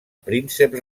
prínceps